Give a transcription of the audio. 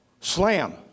Slam